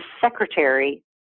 secretary